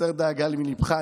הסר דאגה מליבך,